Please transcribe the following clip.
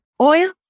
oil